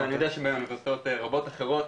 ואני יודע שבאוניברסיטאות רבות אחרות